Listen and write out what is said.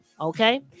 Okay